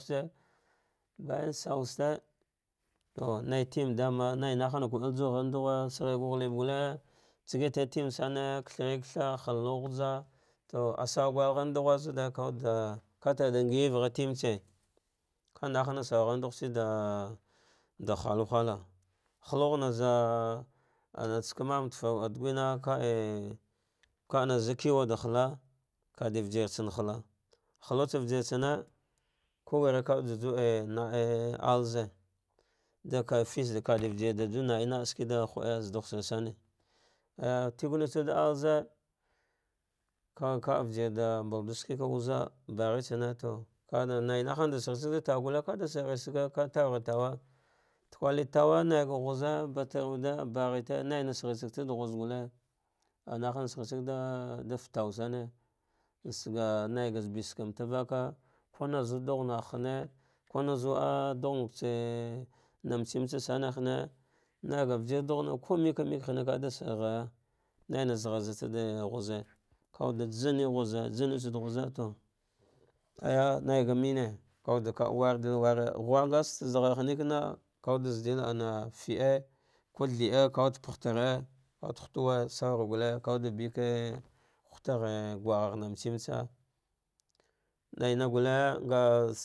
Kushe bayam sauushite to naitemɗama naina hna ka el jawa gharnɗughe saghi ga ghutibe gulle, tsegete timbe same, kagthan th kathar huw ghuja to ah saawa gur ghar ndughe zude kawnɗe kateɗa ngain vaha titese nkanahna saughartse da hatu halla, hamw naza anan tsa tafe saka digina ka;a kana zakiwa ɗa hala kada vijirtsa hala, halutsa luijirtsane kuw wri ah naɗe alze atetvade vijir ɗa ja naie na shirce ɗa h, ɗe zah ɗugh shin same ayya tibenatsawud azeka, ka vijirɗa nr badulo ske ka wuze baghe tsane to kada nai nahna ɗa shighe sagɗa laugulle to ka taura tawa tuka lete tauwa naiga ghize batarwude paghete naina shigte ɗa hipe gulle anahna shigh sagi ɗa fate tau sane safe nauga sabetsa mataka faka kuna zuw ɗughnahhene naga vijirɗughina kameke hne kada saghaya naina zaɗa rgh te huze kuwute jane ghuze jane tsa wuɗe ghune to a jja naiga mane kauwuɗ ka ɗa wardil wura, ghumga astezaɗra hane kon kawuɗ da zadil ana fide ko thirde kawuuld paghta araya kate ghuwe saura gulle, kawude beke ghute gwagh na mets metsa naina gullle nga.